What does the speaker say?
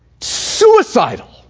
Suicidal